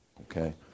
Okay